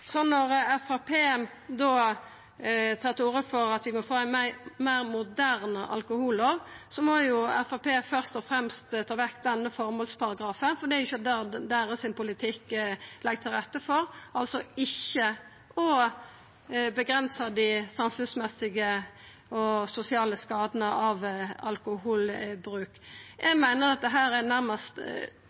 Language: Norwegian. Når Framstegspartiet da tar til orde for å få ei meir moderne alkohollov, må Framstegspartiet først og fremst ta vekk denne føremålsparagrafen, for det er jo ikkje det deira politikk legg til rette for, altså å avgrensa dei samfunnsmessige og sosiale skadane av alkoholbruk. Eg meiner det er trist og provoserande å høyra på ein slik alkoholpolitisk debatt. Eg er